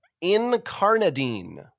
incarnadine